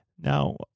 Now